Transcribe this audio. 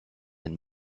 and